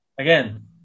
Again